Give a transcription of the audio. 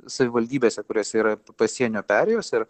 savivaldybėse kuriose yra pasienio perėjose ir